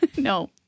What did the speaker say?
No